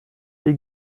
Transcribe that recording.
die